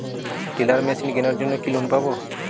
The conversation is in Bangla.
টেলার মেশিন কেনার জন্য কি লোন পাব?